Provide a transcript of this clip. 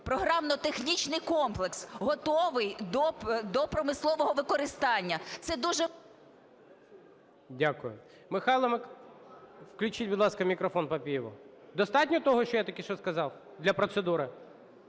програмно-технічний комплекс готові до промислового використання.